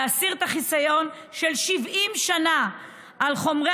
להסיר את החיסיון של 70 שנה על חומרי